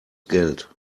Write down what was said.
geld